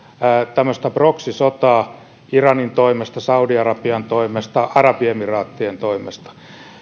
tämmöistä proxy sotaa iranin toimesta saudi arabian toimesta arabiemiraattien toimesta